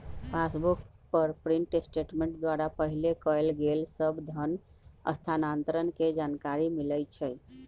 passbook पर print statement द्वारा पहिले कएल गेल सभ धन स्थानान्तरण के जानकारी मिलइ छइ